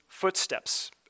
footsteps